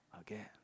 again